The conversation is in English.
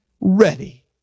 ready